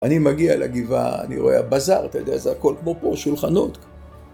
אני מגיע לגבעה, אני רואה באזר, אתה יודע, זה הכל כמו פה, שולחנות.